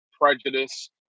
prejudice